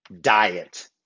diet